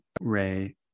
ray